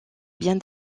bien